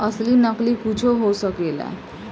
असली नकली कुच्छो हो सकेला